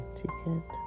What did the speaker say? ticket